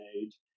age